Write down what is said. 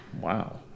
Wow